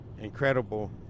incredible